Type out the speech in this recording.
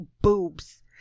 boobs